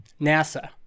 NASA